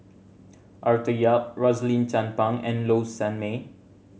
Arthur Yap Rosaline Chan Pang and Low Sanmay